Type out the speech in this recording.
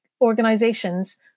organizations